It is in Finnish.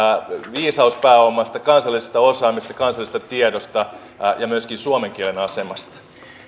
viisauspääomasta kansallisesta osaamisesta kansallisesta tiedosta ja myöskin suomen kielen asemasta